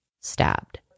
stabbed